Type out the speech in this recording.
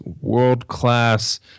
world-class